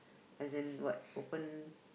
as in what open